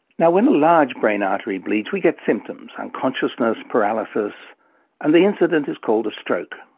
now, when a large brain artery bleeds we get symptoms unconsciousness, paralysis and the incident is called a stroke.